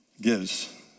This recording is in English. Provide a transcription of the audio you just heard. gives